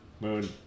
Moon